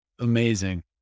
amazing